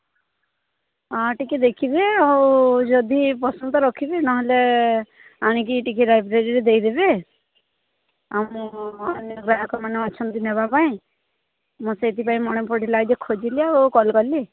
ଟିକେ ଦେଖିବେ ଆଉ ଯଦି ପସନ୍ଦ ତ ରଖିବେ ନ ହେଲେ ଆଣିକି ଟିକେ ଲାଇବ୍ରେରୀରେ ଦେଇ ଦେବେ ଆମ ଅନ୍ୟ ଗ୍ରାହକ ମାନେ ଅଛନ୍ତି ନେବା ପାଇଁ ମୁଁ ସେଥିପାଇଁ ମନେ ପଡ଼ିଲା ଯେ ଖୋଜିଲି ଆଉ କଲ୍ କଲି